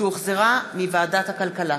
שהוחזרה מוועדת הכלכלה.